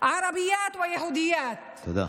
הערביות והיהודיות, ) תודה.